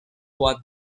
what